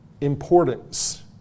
importance